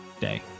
day